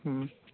ह्म्